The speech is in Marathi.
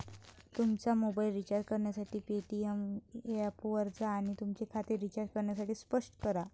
तुमचा मोबाइल रिचार्ज करण्यासाठी पेटीएम ऐपवर जा आणि तुमचे खाते रिचार्ज करण्यासाठी स्पर्श करा